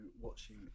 watching